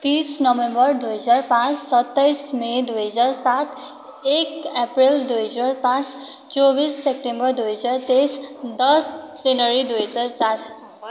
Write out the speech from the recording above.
तिस नोभेम्बर दुई हजार पाँच सत्ताइस मई दुई हजार सात एक अप्रेल दुई हजार पाँच चौबिस सेप्टेम्बर दुई हजार तेइस दस जनवरी दुई हजार चार